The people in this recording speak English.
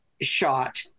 shot